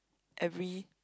every